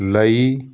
ਲਈ